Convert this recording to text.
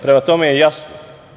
Prema tome je jasno.